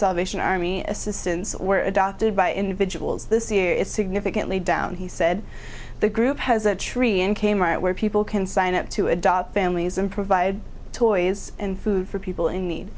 salvation army assistance were adopted by individuals this year is significantly down he said the group has a tree in k mart where people can sign up to adopt families and provide toys and food for people in need